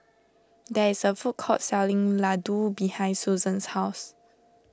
there is a food court selling Ladoo behind Susan's house